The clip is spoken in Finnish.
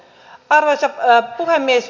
arvoisa puhemies